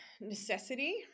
necessity